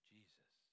Jesus